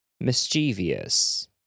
mischievous